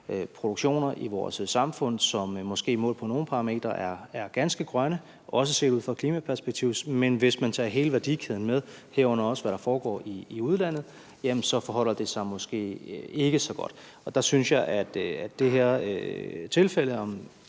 produktioner i vores samfund, som måske målt på nogle parametre er ganske grønne, også set ud fra et klimaperspektiv, men hvis man tager hele værdikæden med, herunder også hvad der foregår i udlandet, så forholder det sig måske ikke så godt. Der synes jeg, at det her tilfælde